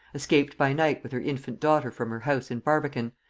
escaped by night with her infant daughter from her house in barbican,